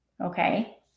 okay